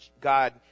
God